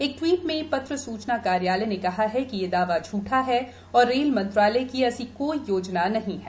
एक ट्वीट में पत्र सूचना कार्यालय ने कहा है कि यह दावा झूठा है और रेल मंत्रालय की ऐसी कोई योजना नहीं है